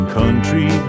country